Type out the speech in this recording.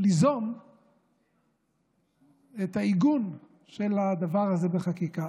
ליזום את העיגון של הדבר הזה בחקיקה.